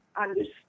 understand